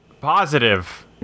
Positive